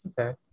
Okay